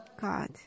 God